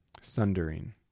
Sundering